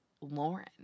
Lauren